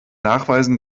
nachweisen